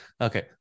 Okay